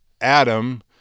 Adam